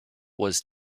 was